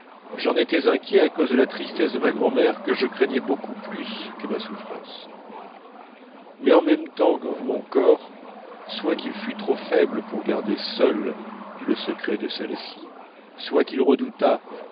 j'en étais inquiet à cause de la tristesse de ma grand'mère que je craignais beaucoup plus que ma souffrance mais en même temps mon corps soit qu'il fût trop faible pour garder seul le secret de celle-ci soit qu'il redoutât